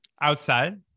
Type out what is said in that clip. outside